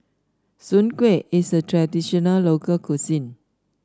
Soon Kway is a traditional local cuisine